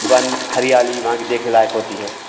one हरियाली वहाँ की देखने लायक होती हैं